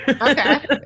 Okay